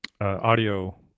audio